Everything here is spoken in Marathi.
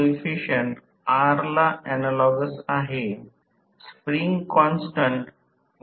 तर हा r1 आहे हा x1 हा Rf आहे आणि हा x f आहे